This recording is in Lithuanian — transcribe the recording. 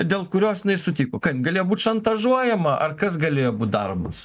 dėl kurios jinai sutiko ką jin galėjo būti šantažuojama ar kas galėjo būt daromas